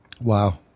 Wow